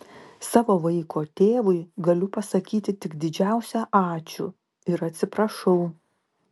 savo vaiko tėvui galiu pasakyti tik didžiausią ačiū ir atsiprašau